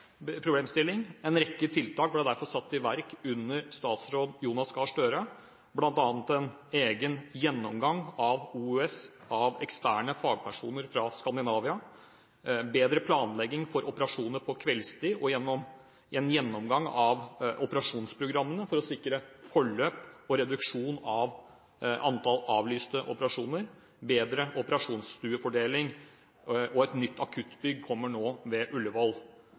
En rekke tiltak ble derfor satt i verk under tidligere statsråd Jonas Gahr Støre, bl.a. en egen gjennomgang av OUS av eksterne fagpersoner fra Skandinavia, bedre planlegging for operasjoner på kveldstid, en gjennomgang av operasjonsprogrammene for å sikre forløp og reduksjon av antall avlyste operasjoner og en bedre operasjonsstuefordeling – og et nytt akuttbygg kommer nå ved